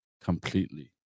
completely